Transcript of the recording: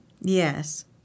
Yes